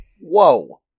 Whoa